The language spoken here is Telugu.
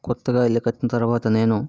కొత్తగా ఇల్లు కట్టిన తర్వాత నేను